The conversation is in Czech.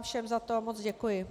Všem vám za to moc děkuji.